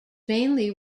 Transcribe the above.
mainly